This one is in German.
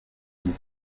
der